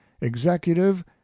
executive